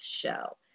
show